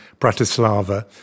Bratislava